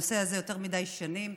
הנושא הזה, יותר מדי שנים,